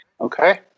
Okay